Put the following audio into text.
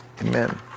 Amen